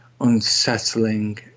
unsettling